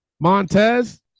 Montez